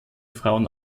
frauen